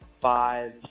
five